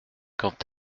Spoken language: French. quand